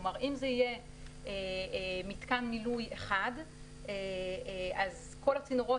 כלומר אם זה יהיה מיתקן מילוי אחד אז כל הצינורות